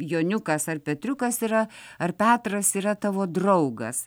joniukas ar petriukas yra ar petras yra tavo draugas